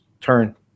turn